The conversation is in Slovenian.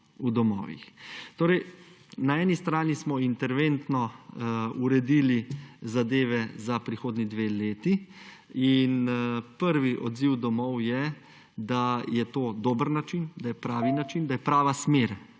v domovih. Torej, na eni strani smo interventno uredili zadeve za prihodnji dve leti. Prvi odziv domov je, da je to dober način, da je pravi način, da je prava smer